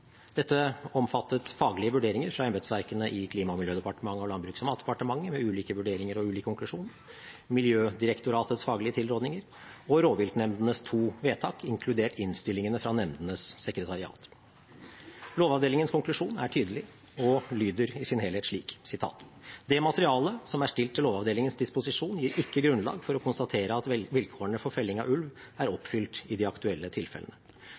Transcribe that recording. Dette omfattet faglige vurderinger fra embetsverkene i Klima- og miljødepartementet og Landbruks- og matdepartementet, med ulike vurderinger og ulik konklusjon, Miljødirektoratets faglige tilrådninger og rovviltnemndenes to vedtak, inkludert innstillingene fra nemndenes sekretariat. Lovavdelingens konklusjon er tydelig og lyder i sin helhet slik: «Det materialet som er stilt til Lovavdelingens disposisjon, gir ikke grunnlag for å konstatere at vilkårene for felling av ulv er oppfylt i de aktuelle tilfellene.